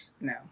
no